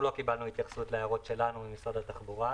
לא קיבלנו התייחסות להערות שלנו ממשרד התחבורה,